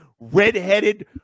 red-headed